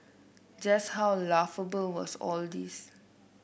just how laughable was all this